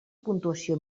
puntuació